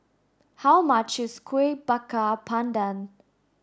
how much is Kuih Bakar Pandan